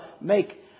make